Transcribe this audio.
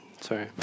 Sorry